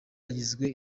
yagizwe